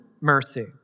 mercy